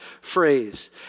phrase